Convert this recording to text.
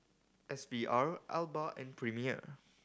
S V R Alba and Premier